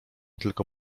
tylko